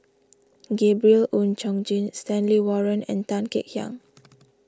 Gabriel Oon Chong Jin Stanley Warren and Tan Kek Hiang